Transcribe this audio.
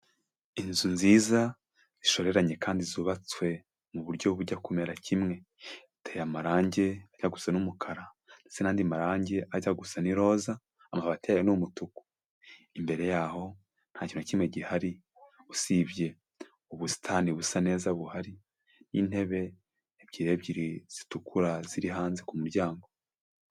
Inzu nziza zishoreranye kandi zubatswe mu buryo bujya kumera kimwe, buteye amarangi ajya gusa n'umukara ndetse n'andi marangi ajya gusa n'iroza, amabati yayo n'umutuku, imbere yaho nta kintu na kimwe gihari, usibye ubusitani busa neza buhari, n'intebe ebyiri ebyiri zitukura ziri hanze ku muryango.